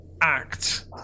act